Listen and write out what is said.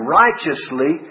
righteously